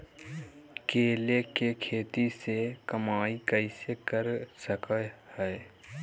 केले के खेती से कमाई कैसे कर सकय हयय?